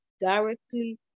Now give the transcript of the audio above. directly